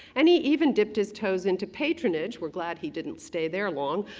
and he even dipped his toes into patronage, we're glad he didn't stay there long.